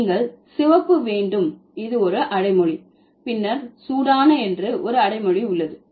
நீங்கள் சிவப்பு வேண்டும் இது ஒரு அடைமொழி பின்னர் சூடான என்று ஒரு அடைமொழி உள்ளது